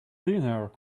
dinner